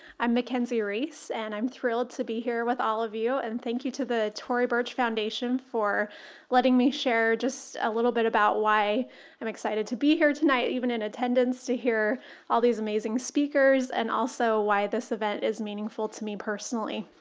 i'm mckenzie rees and i'm thrilled to be here with all of you and thank you to the tory burch foundation for letting me share just a little bit about why i'm excited to be here tonight, even in attendance to hear all these amazing speakers and also why this event is meaningful to me personally.